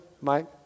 Mike